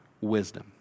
wisdom